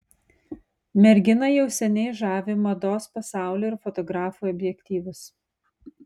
mergina jau seniai žavi mados pasaulį ir fotografų objektyvus